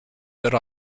that